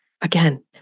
Again